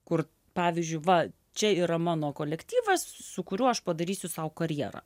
kur pavyzdžiui va čia yra mano kolektyvas su kuriuo aš padarysiu sau karjerą